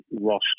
roster